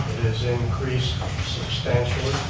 has increased substantially,